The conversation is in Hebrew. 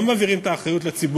מי שלא מבין, שלא יסתכל.